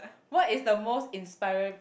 what is the most inspiring